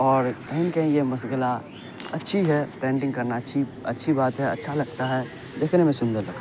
اور کہیں کہیں یہ مشغلہ اچھی ہے پینٹنگ کرنا اچھی اچھی بات ہے اچھا لگتا ہے دیکھنے میں سندر